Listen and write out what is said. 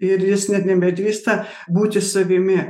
ir jis net nebedrįsta būti savimi